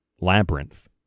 Labyrinth